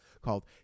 called